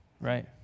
right